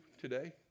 today